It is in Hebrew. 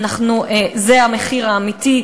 זה המחיר האמיתי,